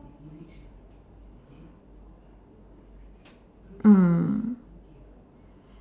mm